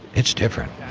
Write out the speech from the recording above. it's different.